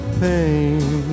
pain